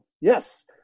Yes